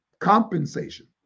compensation